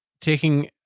taking